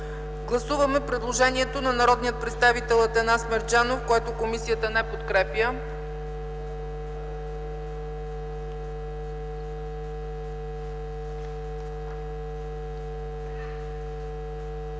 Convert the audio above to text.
гласуване предложението на народния представител Ангел Найденов, което комисията не подкрепя.